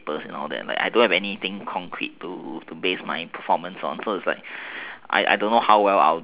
I don't have anything concrete to base my performance on so I don't know how well